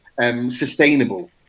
Sustainable